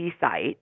site